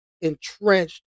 entrenched